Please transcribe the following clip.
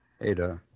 Ada